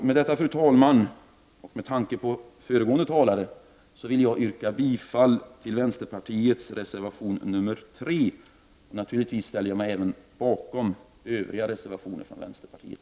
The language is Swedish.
Med detta och med tanke på vad föregående talare sade yrkar jag bifall till reservation 3. Jag ställer mig naturligtvis bakom samtliga reservationer från vänsterpartiet.